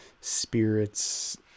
spirits